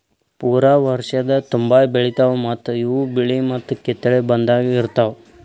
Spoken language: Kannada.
ಪೂರಾ ವರ್ಷದ ತುಂಬಾ ಬೆಳಿತಾವ್ ಮತ್ತ ಇವು ಬಿಳಿ ಮತ್ತ ಕಿತ್ತಳೆ ಬಣ್ಣದಾಗ್ ಇರ್ತಾವ್